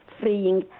freeing